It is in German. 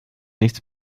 nichts